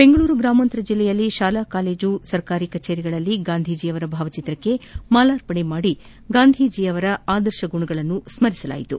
ಬೆಂಗಳೂರು ಗ್ರಾಮಾಂತರ ಜಿಲ್ಲೆಯಲ್ಲಿ ಶಾಲಾ ಕಾಲೇಜು ಸರ್ಕಾರಿ ಕಚೇರಿಗಳಲ್ಲಿ ಗಾಂಧಿ ಭಾವಚಿತ್ರಕ್ಕೆ ಮಾಲಾರ್ಪಣೆ ಮಾಡಿ ಗಾಂಧೀಜಿಯವರ ಆದರ್ಶ ಗುಣಗಳನ್ನು ಸ್ಪರಿಸಲಾಯಿತು